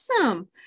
Awesome